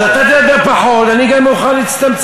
אז אם אתה תדבר פחות, גם אני מוכן להצטמצם.